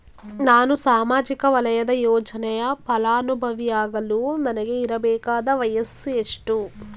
ನಾನು ಸಾಮಾಜಿಕ ವಲಯದ ಯೋಜನೆಯ ಫಲಾನುಭವಿಯಾಗಲು ನನಗೆ ಇರಬೇಕಾದ ವಯಸ್ಸುಎಷ್ಟು?